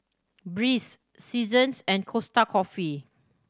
Breeze Seasons and Costa Coffee